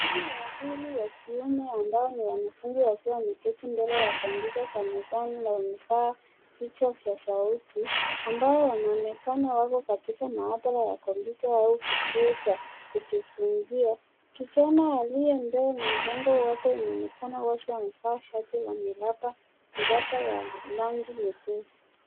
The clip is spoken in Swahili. Vijana wawili wa kiume ambao ni wanafunzi wakiwa wameketi mbele ya kompyuta za mezani na wamevaa vicho vya sauti, ambao wanaonekana wako katika maabara ya kompyuta au kituo cha kujifunzia. Kijana aliyembele na mgongo wake unaonekana wazi amevaa shati la miraba ya rangi nyepesi.